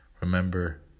Remember